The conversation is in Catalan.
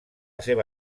seva